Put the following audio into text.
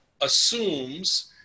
assumes